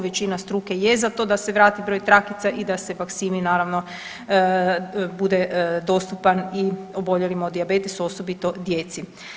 Većina struke je za to da se vrati broj trakica i da se faksimi naravno bude dostupan i oboljelima od dijabetesa osobito djeci.